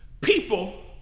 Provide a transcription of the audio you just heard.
people